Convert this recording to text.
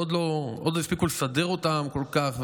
עוד לא הספיקו לסדר אותם כל כך,